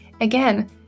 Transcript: again